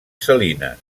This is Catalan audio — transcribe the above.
salines